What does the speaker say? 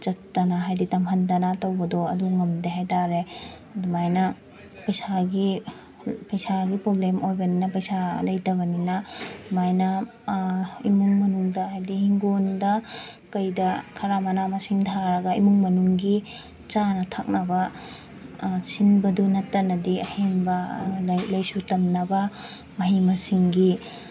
ꯆꯠꯇꯅ ꯍꯥꯏꯗꯤ ꯇꯝꯍꯟꯗꯅ ꯇꯧꯕꯗꯣ ꯑꯗꯨ ꯉꯝꯗꯦ ꯍꯥꯏ ꯇꯥꯔꯦ ꯑꯗꯨꯃꯥꯏꯅ ꯄꯩꯁꯥꯒꯤ ꯄꯩꯁꯥꯒꯤ ꯄ꯭ꯔꯣꯕ꯭ꯂꯦꯝ ꯑꯣꯏꯕꯅꯤꯅ ꯄꯩꯁꯥ ꯂꯩꯇꯕꯅꯤꯅ ꯑꯗꯨꯃꯥꯏꯅ ꯏꯃꯨꯡ ꯃꯅꯨꯡꯗ ꯍꯥꯏꯗꯤ ꯍꯤꯡꯒꯣꯜꯗ ꯀꯩꯗ ꯈꯔ ꯃꯅꯥ ꯃꯁꯤꯡ ꯊꯥꯔꯒ ꯏꯃꯨꯡ ꯃꯅꯨꯡꯒꯤ ꯆꯥꯅ ꯊꯛꯅꯕ ꯁꯤꯟꯕꯗꯨ ꯅꯠꯇꯅꯗꯤ ꯑꯍꯦꯟꯕ ꯂꯥꯏꯔꯤꯛ ꯂꯥꯏꯁꯨ ꯇꯝꯅꯕ ꯃꯍꯩ ꯃꯁꯤꯡꯒꯤ